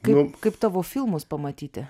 kaip kaip tavo filmus pamatyti